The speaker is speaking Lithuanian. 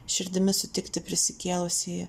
širdimi sutikti prisikėlusįjį